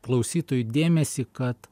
klausytojų dėmesį kad